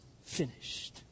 finished